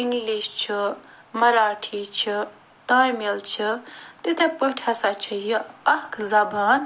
English چھُ مراٹھی چھُ تامِل چھُ تِتھٔے پٲٹھۍ ہسا چھِ یہِ اَکھ زبان